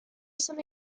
some